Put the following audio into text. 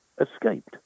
escaped